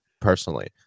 personally